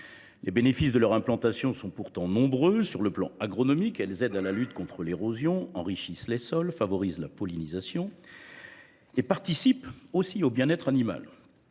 Les bénéfices de leur implantation sont pourtant nombreux. Sur le plan agronomique, les haies concourent à la lutte contre l’érosion, enrichissent les sols, favorisent la pollinisation et participent au bien être animal.